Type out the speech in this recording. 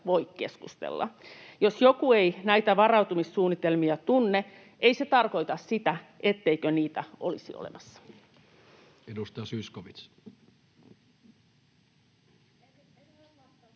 voi keskustella. Jos joku ei näitä varautumissuunnitelmia tunne, ei se tarkoita sitä, etteikö niitä olisi olemassa. [Speech